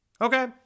Okay